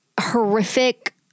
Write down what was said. horrific